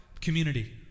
community